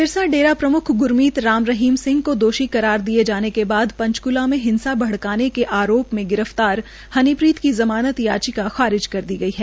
सिरसा डेरा प्रम्ख ग्रमीत राम रहीम सिंह को दोषी करार दिए जाने के बाद पंचक्ला में हिंसा भड़काने के आरोप में गिरफ्तार हनीप्रीत की ज़मानत याचिका खारिज कर दी गई है